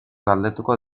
galdetuko